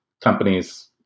companies